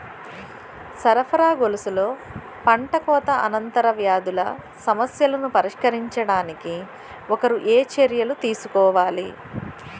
సరఫరా గొలుసులో పంటకోత అనంతర వ్యాధుల సమస్యలను పరిష్కరించడానికి ఒకరు ఏ చర్యలు తీసుకోవాలి?